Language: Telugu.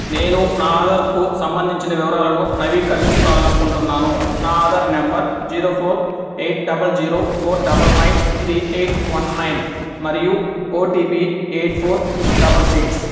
నేను నా ఆధార్కు సంబంధించిన వివరాలను నవీకరించుకోవాలని అనుకుంటున్నాను నా Aadhaar number zero four eight double zero four double nine three eight one nine మరియు OTP eight four double six